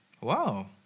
Wow